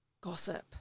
Gossip